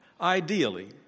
Ideally